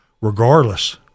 regardless